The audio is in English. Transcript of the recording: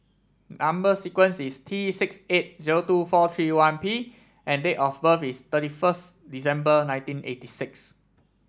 number sequence is T six eight zero two four three one P and date of birth is thirty first December nineteen eighty six